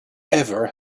ever